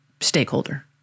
stakeholder